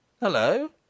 Hello